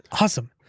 Awesome